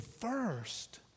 first